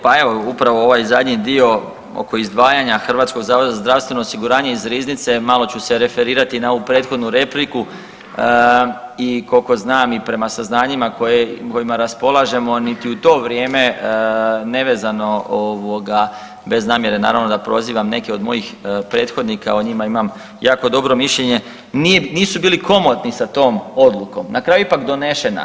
Pa evo upravo ovaj zadnji dio oko izdvajanja Hrvatskog zavoda za zdravstveno osiguranje iz riznice malo ću se referirati na ovu prethodnu repliku i koliko znam i prema saznanjima kojima raspolažemo niti u to vrijeme nevezano bez namjere naravno da prozivam neke od mojih prethodnika, o njima imam jako dobro mišljenje, nisu bili komotni sa tom odlukom, na kraju je ipak donešena.